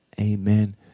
Amen